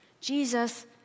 Jesus